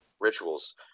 rituals